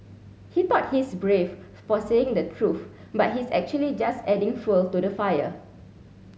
he thought he's brave for saying the truth but he's actually just adding fuel to the fire